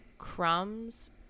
Crumbs